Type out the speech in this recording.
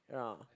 ya